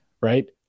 right